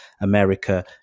america